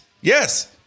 Yes